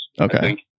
Okay